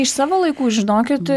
iš savo laikų žinokit